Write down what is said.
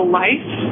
life